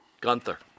Gunther